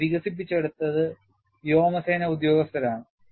ഇത് വികസിപ്പിച്ചെടുത്തത് വ്യോമസേന ഉദ്യോഗസ്ഥരാണ്